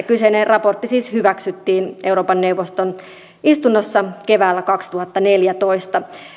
kyseinen raportti siis hyväksyttiin euroopan neuvoston istunnossa keväällä kaksituhattaneljätoista